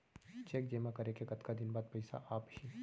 Cheque जेमा करें के कतका दिन बाद पइसा आप ही?